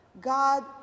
God